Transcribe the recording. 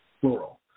plural